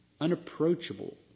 Unapproachable